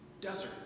desert